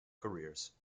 careers